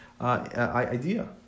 idea